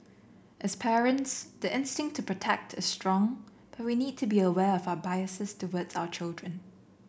as parents the instinct to protect is strong but we need to be aware of our biases towards our children